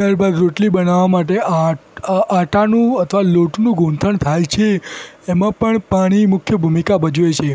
ત્યારબાદ રોટલી બનાવવા માટે આટ આ આટાનું અથવા લોટનું ગૂંથણ થાય છે એમાં પણ પાણી મુખ્ય ભૂમિકા ભજવે છે